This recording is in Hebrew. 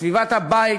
בסביבת הבית,